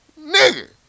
nigga